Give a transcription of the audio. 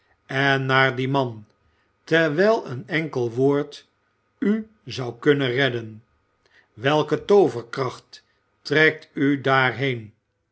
en naar dien man terwijl een enkel woord u zou kunnen redden welke tooverkracht trekt u daarheen